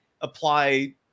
apply